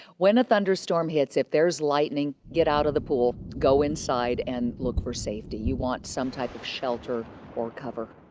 when a thunderstorm hits, if there's lightning, get out of the pool. go inside, and look for safety. you want some type of shelter or cover.